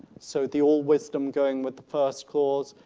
so the all wisdom going with the first clause.